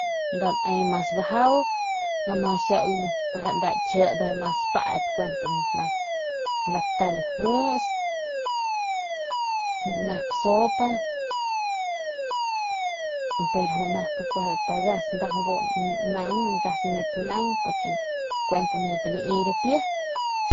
Ne mas baju no ma xiau ru kijie nda mas paap kuent ne taun njus nep sopa pero nju pagas deru naun nip lii ripi.